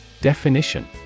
Definition